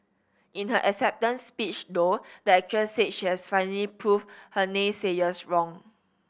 in her acceptance speech though the actress said she has finally proved her naysayers wrong